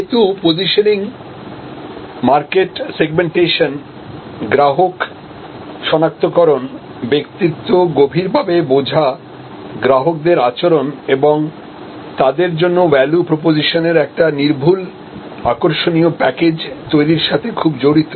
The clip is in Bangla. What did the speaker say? সেহেতু পজিশনিং মার্কেট সেগমেন্টেশন গ্রাহক সনাক্তকরণ ব্যক্তিত্ব গভীরভাবে বোঝা গ্রাহকদের আচরণ এবং তাদের জন্য ভ্যালু প্রপোজিশনের একটি নির্ভুল আকর্ষণীয় প্যাকেজ তৈরির সাথে খুব জড়িত